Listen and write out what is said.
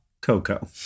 Coco